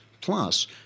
plus